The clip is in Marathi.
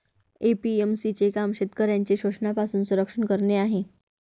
ए.पी.एम.सी चे काम शेतकऱ्यांचे शोषणापासून संरक्षण करणे आहे